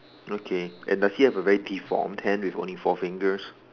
okay and does he have a very deformed hand with only four fingers